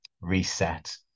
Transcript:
reset